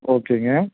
ஓகேங்க